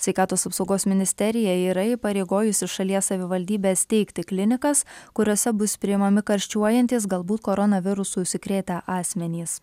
sveikatos apsaugos ministerija yra įpareigojusi šalies savivaldybes steigti klinikas kuriose bus priimami karščiuojantys galbūt koronavirusu užsikrėtę asmenys